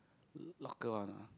locker one ah